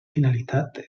finalitat